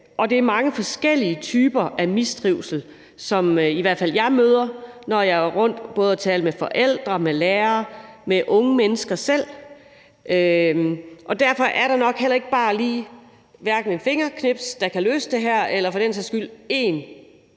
Og det er mange forskellige typer af mistrivsel, som jeg i hvert fald møder, når jeg er rundt for både at tale med forældre, med lærere og med de unge mennesker selv. Derfor er der nok heller ikke bare et fingerknips, der kan løse det her, eller for den sags skyld én